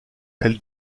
elle